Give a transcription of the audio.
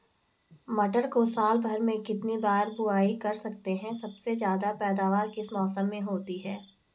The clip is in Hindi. मटर को साल भर में कितनी बार बुआई कर सकते हैं सबसे ज़्यादा पैदावार किस मौसम में होती है?